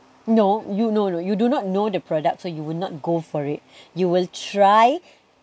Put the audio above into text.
no you no no you do not know the product so you will not go for it you will try